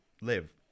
live